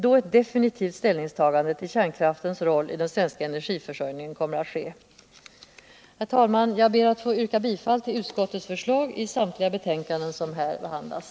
då ett definitivt ställningstagande vill kärnkraftens roll i den svenska energiförsörjningen kommer att ske. Herr talman! Jag ber att få vrka bifall till utskottets förslag i samtliga betänkanden som här behandlas.